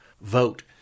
vote